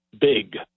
big